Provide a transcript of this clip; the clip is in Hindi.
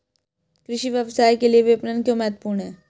कृषि व्यवसाय के लिए विपणन क्यों महत्वपूर्ण है?